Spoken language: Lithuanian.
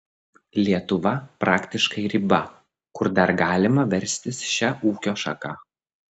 lietuva praktiškai riba kur dar galima verstis šia ūkio šaka